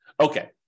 Okay